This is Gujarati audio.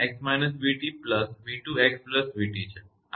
આ સમીકરણ 16 છે